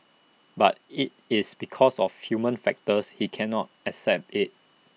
but if it's because of human factors he cannot accept IT